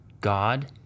God